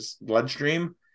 bloodstream